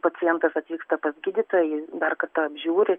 pacientas atvyksta pas gydytoją jis dar kartą apžiūri